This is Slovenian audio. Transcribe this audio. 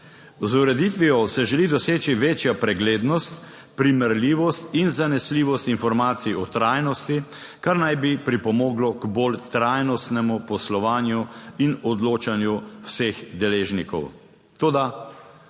Z ureditvijo se želi doseči večja preglednost, primerljivost in zanesljivost informacij o trajnosti, kar naj bi pripomoglo k bolj trajnostnemu poslovanju in odločanju vseh deležnikov. Toda,